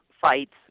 fights